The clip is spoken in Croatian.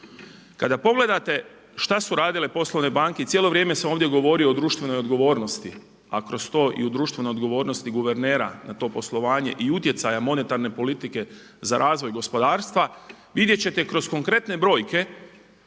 Kada pogledate šta su radile poslovne banke i cijelo vrijeme sam ovdje govorio o društvenoj odgovornosti, a kroz to i o društvenoj odgovornosti guvernera na to poslovanje i utjecaja monetarne politike za razvoj gospodarstva vidjet ćete kroz konkretne brojke